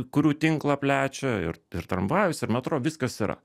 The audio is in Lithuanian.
kurių tinklą plečia ir ir tramvajus ir metro viskas yra